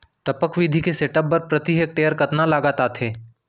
टपक विधि के सेटअप बर प्रति हेक्टेयर कतना लागत आथे?